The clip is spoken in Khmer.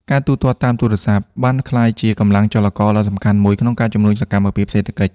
ការទូទាត់តាមទូរស័ព្ទ បានក្លាយជាកម្លាំងចលករដ៏សំខាន់មួយក្នុងការជំរុញសកម្មភាពសេដ្ឋកិច្ច។